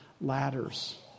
ladders